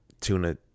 tuna